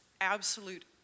absolute